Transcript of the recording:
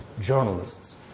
journalists